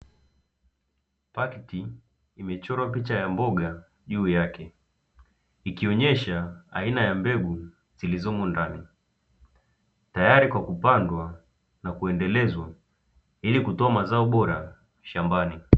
Pakiti imechorwa picha ya mboga juu yake ikionyesha aina ya mbegu zilizomo ndani, tayari kwa kupandwa na kuendelezwa ili kutoa mazao bora shambani.